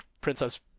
Princess